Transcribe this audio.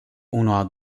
uno